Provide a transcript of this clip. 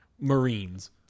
Marines